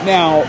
Now